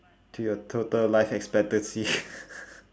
to your total life expectancy